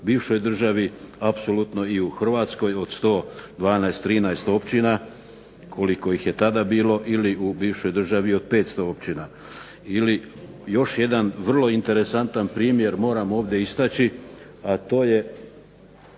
u bivšoj državi, apsolutno i u Hrvatskoj, od 112, 113 općina koliko ih je tada bilo ili u bivšoj državi od 500 općina. Ili još jedan vrlo interesantan primjer moram ovdje istaći, a to je